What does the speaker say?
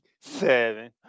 seven